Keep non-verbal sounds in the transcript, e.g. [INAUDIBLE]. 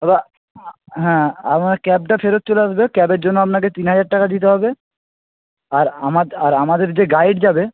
[UNINTELLIGIBLE] হ্যাঁ আপনার ক্যাবটা ফেরত চলে আসবে ক্যাবের জন্য আপনাকে তিন হাজার টাকা দিতে হবে আর [UNINTELLIGIBLE] আর আমাদের যে গাইড যাবে